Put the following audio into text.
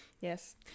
yes